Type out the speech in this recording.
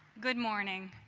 good morning.